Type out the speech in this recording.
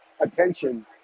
attention